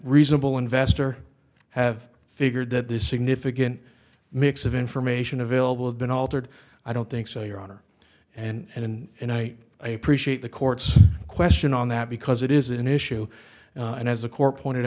reasonable investor have figured that this significant mix of information available had been altered i don't think so your honor and and i i appreciate the court's question on that because it is an issue and as a core pointed